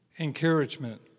Encouragement